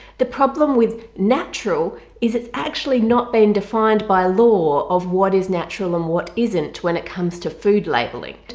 the problem with natural is it's actually not been defined by law of what is natural and what isn't when it comes to food labeling.